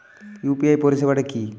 UPI পরিসেবাটা কি?